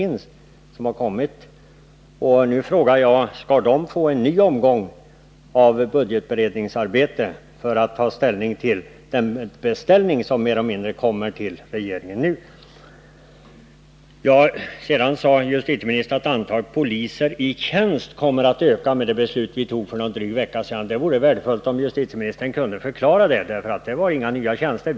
Nu frågar jag: Skall polisdistrikten då få en ny omgång av budgetberedningsarbete, för att ta ställning till den beställning som regeringen nu får? Justitieministern sade att antalet poliser i tjänst kommer att öka med det beslut vi fattade för en dryg vecka sedan. Det vore värdefullt om justitieministern kunde förklara det. Beslutet innebar inga nya tjänster.